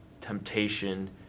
temptation